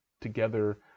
together